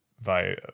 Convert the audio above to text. via